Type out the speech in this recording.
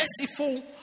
merciful